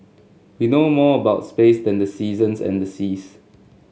we know more about space than the seasons and the seas